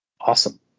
Awesome